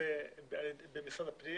במשרד הפנים